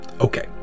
Okay